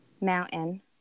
mountain